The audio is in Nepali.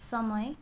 समय